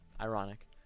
ironic